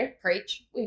preach